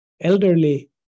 elderly